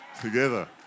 together